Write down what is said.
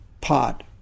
pot